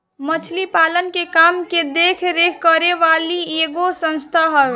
मछरी पालन के काम के देख रेख करे वाली इ एगो संस्था हवे